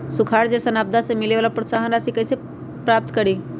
सुखार जैसन आपदा से मिले वाला प्रोत्साहन राशि कईसे प्राप्त करी?